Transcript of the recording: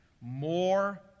more